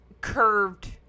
curved